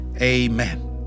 Amen